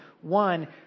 one